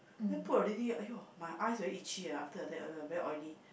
then put already !aiyo! my eyes very itchy ah after uh that very oily